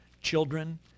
children